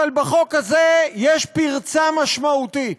אבל בחוק הזה יש פרצה משמעותית.